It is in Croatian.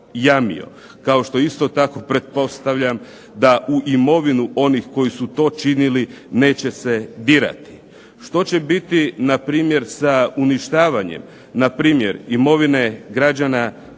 Kao što isto tako pretpostavljam da u imovinu onih koji su to činili neće se dirati. Što će biti npr. sa uništavanjem npr. imovine građana